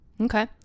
Okay